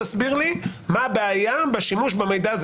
תסביר לי עכשיו מה הבעיה בשימוש במידע הזה,